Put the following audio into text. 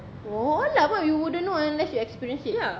no lah what you wouldn't know unless you experience it